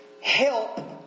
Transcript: help